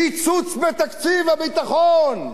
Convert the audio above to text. קיצוץ בתקציב הביטחון.